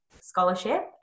Scholarship